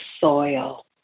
soil